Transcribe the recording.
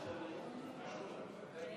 61